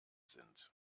sind